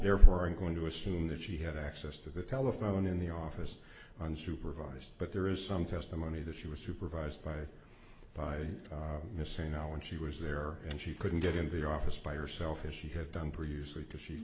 therefore i'm going to assume that she had access to the telephone in the office unsupervised but there is some testimony that she was supervised by by miss a now when she was there and she couldn't get into the office by herself as she had done previously to she